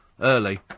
early